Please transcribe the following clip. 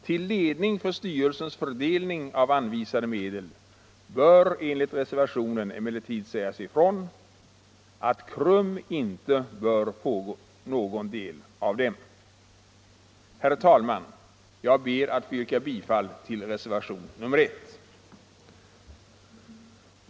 Till ledning för styrelsens fördelning av anvisade medel bör enligt reservationen emellertid sägas ifrån att KRUM inte bör få någon del av dem. Herr talman! Jag ber att få yrka bifall till reservation nr 1.